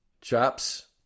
Chops